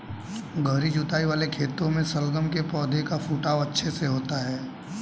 गहरी जुताई वाले खेतों में शलगम के पौधे का फुटाव अच्छे से होता है